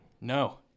No